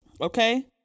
okay